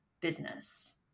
business